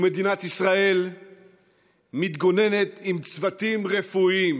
מדינת ישראל מתגוננת עם צוותים רפואיים